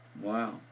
Wow